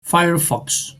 firefox